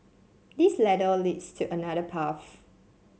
this ladder leads to another path